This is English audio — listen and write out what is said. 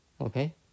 Okay